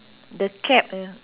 the cap uh